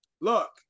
Look